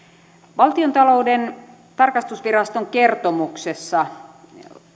valtiontalouden tarkastusviraston kertomuksessa